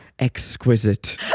Exquisite